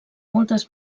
moltes